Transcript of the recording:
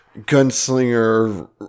gunslinger